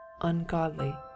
ungodly